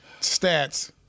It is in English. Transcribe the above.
stats